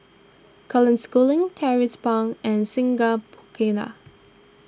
Colin Schooling Tracie Pang and Singai Mukilan